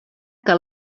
que